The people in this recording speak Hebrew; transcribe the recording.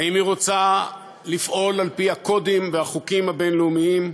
האם היא רוצה לפעול על-פי הקודים והחוקים הבין-לאומיים,